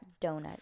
donut